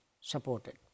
supported